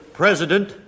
president